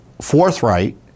forthright